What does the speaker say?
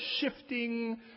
shifting